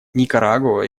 никарагуа